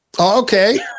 okay